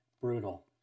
Brutal